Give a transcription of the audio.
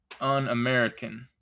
un-American